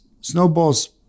snowball's